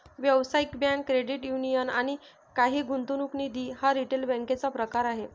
व्यावसायिक bank, credit union आणि काही गुंतवणूक निधी हा रिटेल बँकेचा प्रकार आहे